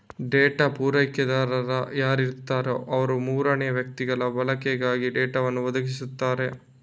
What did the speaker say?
data ಪೂರೈಕೆದಾರ ಯಾರಿರ್ತಾರೆ ಅವ್ರು ಮೂರನೇ ವ್ಯಕ್ತಿಗಳ ಬಳಕೆಗಾಗಿ ಡೇಟಾವನ್ನು ಒದಗಿಸ್ತಾರೆ